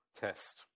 test